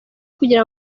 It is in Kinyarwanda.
kugira